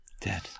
Dead